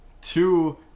two